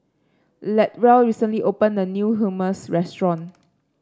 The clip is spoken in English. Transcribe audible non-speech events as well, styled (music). Latrell recently opened a new Hummus restaurant (noise)